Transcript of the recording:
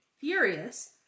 furious